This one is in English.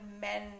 men